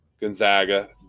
Gonzaga